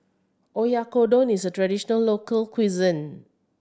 oyakodon is a traditional local cuisine